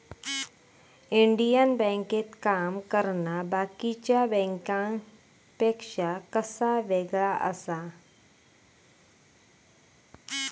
Indian बँकेत काम करना बाकीच्या बँकांपेक्षा कसा येगळा आसा?